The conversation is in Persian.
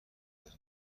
داری